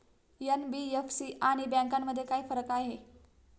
NBFC आणि बँकांमध्ये काय फरक आहे?